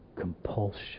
compulsion